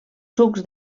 sucs